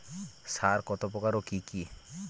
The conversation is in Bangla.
সার কত প্রকার ও কি কি?